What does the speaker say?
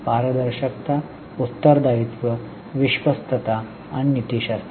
पारदर्शकता उत्तर दायित्व विश्वस्तता आणि नीतिशास्त्र